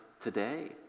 today